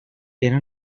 era